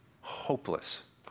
hopeless